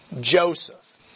Joseph